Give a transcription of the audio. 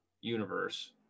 universe